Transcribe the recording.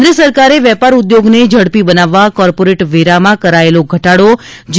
કેન્દ્ર સરકારે વેપાર ઉદ્યોગને ઝડપી બનાવવા કોર્પોરેટ વેરામાં કરાયેલો ઘટાડો જી